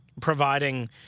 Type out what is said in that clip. providing